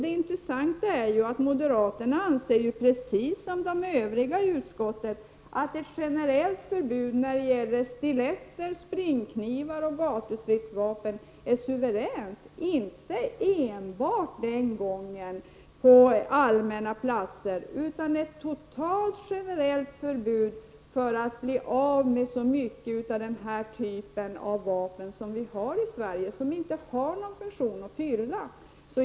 Det intressanta är att moderaterna precis som övriga partier i utskottet anser att ett generellt förbud mot stiletter, springknivar och gatustridsvapen är suveränt, inte enbart på allmänna platser utan totalt. Det handlar om att i så stor utsträckning som möjligt få bort den typen av vapen, som ju inte fyller någon funktion.